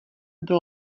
bylo